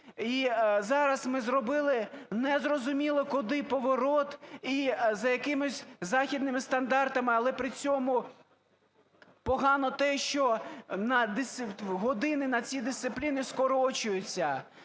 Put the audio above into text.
І зараз ми зробили не зрозуміло куди поворот і за якимись західними стандартами. Але при цьому погано те, що години на ці дисципліни скорочуються.